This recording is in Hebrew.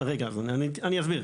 אני אסביר.